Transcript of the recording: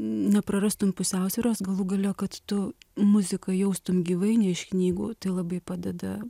neprarastum pusiausvyros galų gale kad tu muziką jaustum gyvai ne iš knygų tai labai padeda